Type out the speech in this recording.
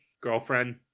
girlfriend